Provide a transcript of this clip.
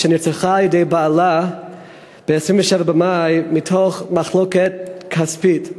שנרצחה על-ידי בעלה ב-27 במאי בעקבות מחלוקת כספית.